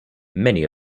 many